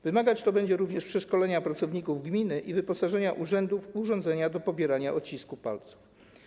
Wymagać to będzie również przeszkolenia pracowników gminy i wyposażenia urzędów w urządzenia do pobierania odcisków palców.